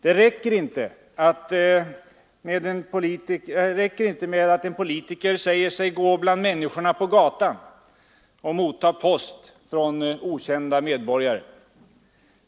Det räcker inte med att en politiker säger sig gå bland människorna på gatan och motta post från okända medborgare.